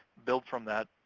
build from that.